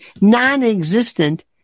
non-existent